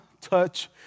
touch